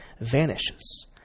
vanishes